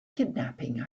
kidnapping